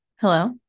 Hello